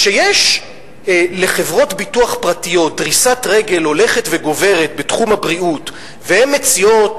כשיש לחברות ביטוח פרטיות דריסת רגל הולכת וגוברת בתחום הבריאות והן מציעות